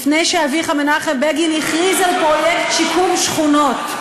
לפני שאביך מנחם בגין הכריז על פרויקט שיקום שכונות,